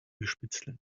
bespitzeln